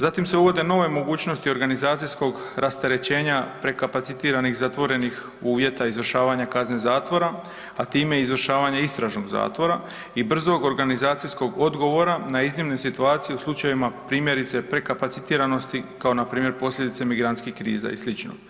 Zatim se uvode nove mogućnost organizacijskog rasterećenja prekapacitiranih zatvorenih uvjeta izvršavanja kazne zatvora, a time i izvršavanje istražnog zatvora i brzog organizacijskog odgovora na iznimne situacije u slučajevima, primjerice, prekapacitiranosti, kao npr. posljedice migrantskih kriza i sl.